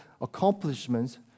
accomplishments